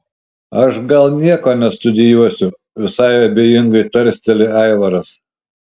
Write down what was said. aš gal nieko nestudijuosiu visai abejingai tarsteli aivaras